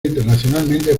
internacionalmente